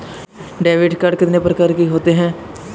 Debit card कितनी प्रकार के होते हैं?